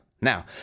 Now